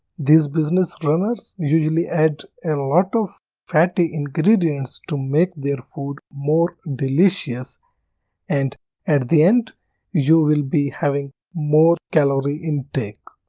these business runners usually add a lot of fatty ingredients to make their food more delicious and at the end you will be having more calorie intake.